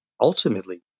ultimately